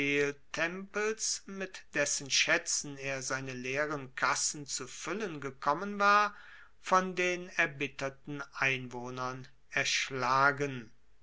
mit dessen schaetzen er seine leeren kassen zu fuellen gekommen war von den erbitterten einwohnern erschlagen